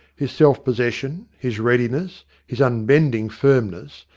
his self-possession, his readiness, his unbending firmness,